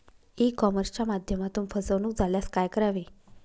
E कॉमर्सच्या माध्यमातून फसवणूक झाल्यास काय करावे?